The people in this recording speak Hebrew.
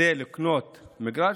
כדי לקנות מגרש,